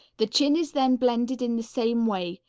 the chin is then blended in the same way,